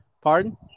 pardon